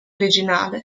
originale